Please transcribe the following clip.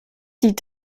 die